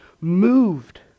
moved